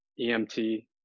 EMT